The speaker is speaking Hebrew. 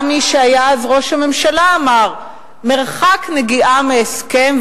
גם מי שהיה אז ראש הממשלה אמר: מרחק נגיעה מהסכם.